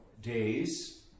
Days